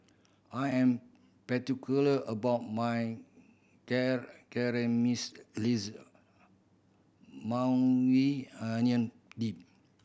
I am particular about my Maui Onion Dip